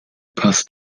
passt